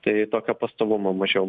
tai tokio pastovumo mažiau